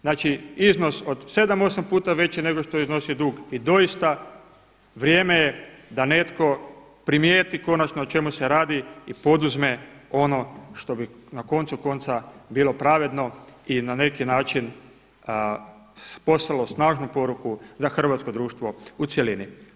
Znači iznos od 7, 8 puta veći nego što je iznosio dug i doista vrijeme je da netko primijeti konačno o čemu se radi i poduzme ono što bi na koncu konca bilo pravedno i na neki način poslalo snažnu poruku za hrvatsko društvo u cjelini.